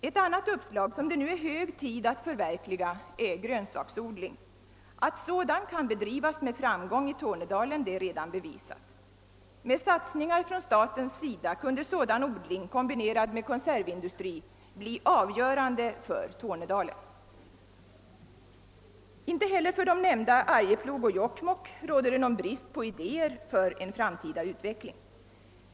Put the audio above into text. Ett annat uppslag som det nu är hög tid att förverkliga är grönsaksodling. Att sådan kan bedrivas med framgång i Tornedalen är redan bevisat. Med satsningar från staten kunde sådan odling kombinerad med konservindustri bli av avgörande betydelse för Tornedalen. Inte heller för de tidigare nämnda orterna Arjeplog och Jokkmokk råder det någon brist på idéer för en framtida utveckling.